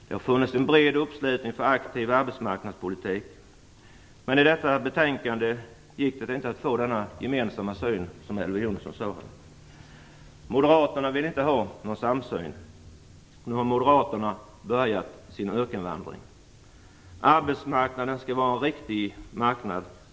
Det har funnits en bred uppslutning för en aktiv arbetsmarknadspolitik. Men i detta betänkande gick det inte att få denna gemensamma syn, som Elver Jonsson sade. Moderaterna vill inte ha någon samsyn. De har nu börjat sin ökenvandring. Arbetsmarknaden skall vara en riktig marknad.